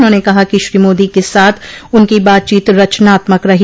उन्होंने कहा कि श्री मोदी के साथ उनकी बातचीत रचनात्मक रही